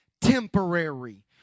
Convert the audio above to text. temporary